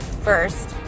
first